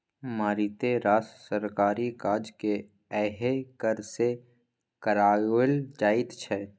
मारिते रास सरकारी काजकेँ यैह कर सँ कराओल जाइत छै